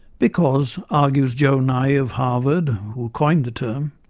because, argues joe nye of harvard, who coined the term,